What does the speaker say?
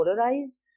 polarized